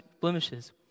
blemishes